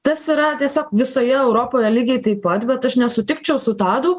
tas yra tiesiog visoje europoje lygiai taip pat bet aš nesutikčiau su tadu